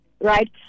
right